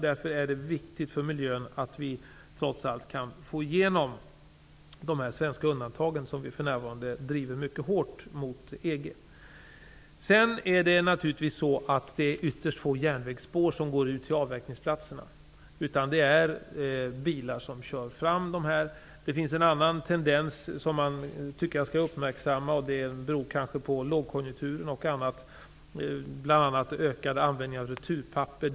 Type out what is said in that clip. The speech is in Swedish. Därför är det viktigt för miljön att vi kan få igenom de svenska undantagen, som vi för närvarande driver mycket hårt mot EG. Det är ytterst få järnvägsspår som går ut till avverkningsplatserna. Det är bilar som kör fram dit. Det finns en annan tendens som jag tycker man skall uppmärksamma, som kanske beror på lågkonjunkturen. Vi har bl.a. en ökad användning av returpapper.